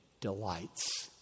delights